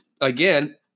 again